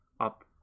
up